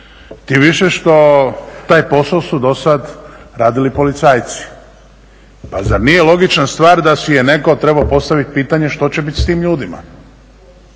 Tim više što taj posao su do sada radili policajci. Pa zar nije logična stvar da si je netko trebao postaviti pitanje što će biti sa tim ljudima.